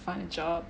find a job